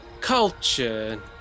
culture